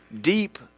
Deep